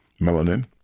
melanin